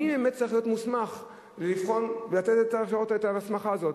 מי צריך להיות מוסמך לבחון ולתת את ההסמכה הזאת?